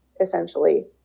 essentially